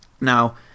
Now